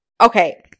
okay